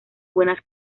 buenas